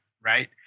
Right